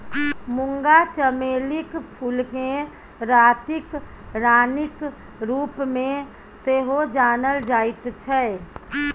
मूंगा चमेलीक फूलकेँ रातिक रानीक रूपमे सेहो जानल जाइत छै